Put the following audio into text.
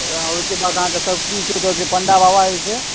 ओहिके बाद ओतऽ सब किछु ओतऽ के पण्डा बाबा जे छै